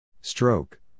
Stroke